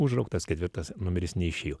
užrauktas ketvirtas numeris neišėjo